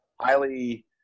highly